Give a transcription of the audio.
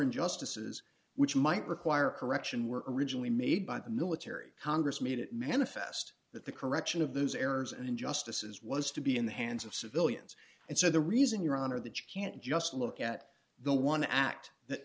injustices which might require correction were originally made by the military congress made it manifest that the correction of those errors and injustices was to be in the hands of civilians and so the reason your honor that you can't just look at the one act that